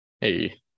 Hey